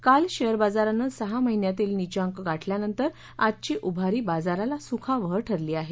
काल शेअर बाजारानं सहा महिन्यतील निच्चांक गाठल्यानंतर आजची उभारी बाजाराला सुखावह ठरली आहे